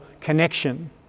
connection